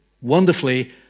wonderfully